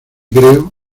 creo